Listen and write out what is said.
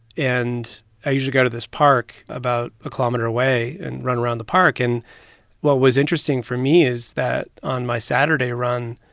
and i usually go to this park about a kilometer away and run around the park. and what was interesting for me is that on my saturday run,